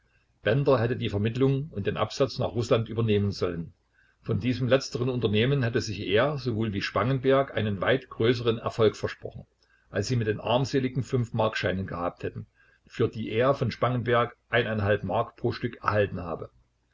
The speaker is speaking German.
bender hätte die vermittlung und den absatz nach rußland übernehmen sollen von diesem letzteren unternehmen hätte sich er sowohl wie spangenberg einen weit größeren erfolg versprochen als sie mit den armseligen fünfmarkscheinen gehabt hätten für die er von spangenberg mark pro stück erhalten habe